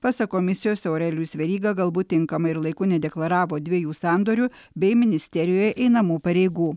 pasak komisijos aurelijus veryga galbūt tinkamai ir laiku nedeklaravo dviejų sandorių bei ministerijoje einamų pareigų